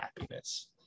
happiness